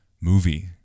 movie